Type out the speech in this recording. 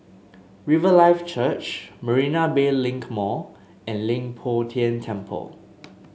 Riverlife Church Marina Bay Link Mall and Leng Poh Tian Temple